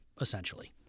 essentially